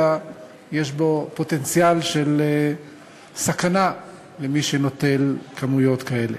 אלא יש בו פוטנציאל של סכנה למי שנוטל כמויות כאלה.